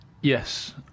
Yes